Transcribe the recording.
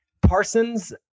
Parsons